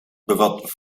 bevat